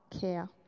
care